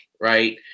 right